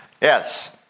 Yes